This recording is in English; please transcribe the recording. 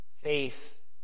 Faith